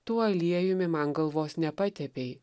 tu aliejumi man galvos nepatepei